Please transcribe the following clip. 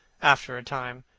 after a time,